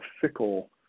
fickle